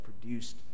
produced